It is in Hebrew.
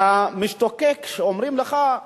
אתה משתוקק, כשאומרים לך: